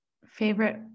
Favorite